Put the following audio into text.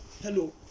Hello